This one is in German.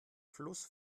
fluss